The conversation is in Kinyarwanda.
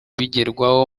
bigerwaho